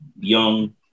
young